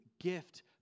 gift